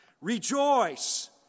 Rejoice